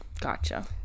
Gotcha